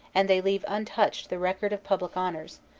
and they leave untouched the record of public honors,